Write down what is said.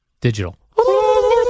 digital